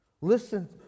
Listen